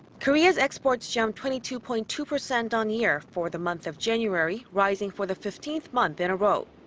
korea's exports jumped twenty two point two percent on-year for the month of january, rising for the fifteenth month in a row.